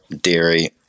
dairy